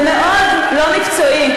זה מאוד לא מקצועי.